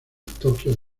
tokyo